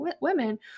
women